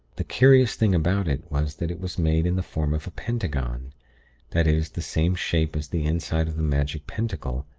the curious thing about it was that it was made in the form of a pentagon that is, the same shape as the inside of the magic pentacle,